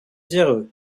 zéro